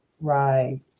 right